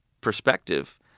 perspective